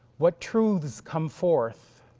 what truths come forth?